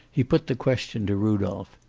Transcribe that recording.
he put the question to rudolph.